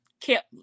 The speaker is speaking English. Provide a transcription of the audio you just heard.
Kept